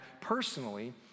personally